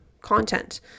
content